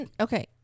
Okay